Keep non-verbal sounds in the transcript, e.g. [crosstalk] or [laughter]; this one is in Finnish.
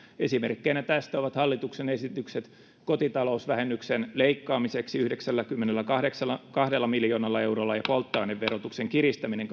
esimerkkeinä tästä ovat hallituksen esitykset kotitalousvähennyksen leikkaamiseksi yhdeksälläkymmenelläkahdella miljoonalla eurolla ja polttoaineverotuksen kiristäminen [unintelligible]